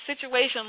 situation